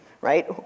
right